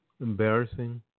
embarrassing